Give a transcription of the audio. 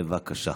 בבקשה.